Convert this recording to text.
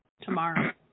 tomorrow